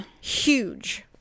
huge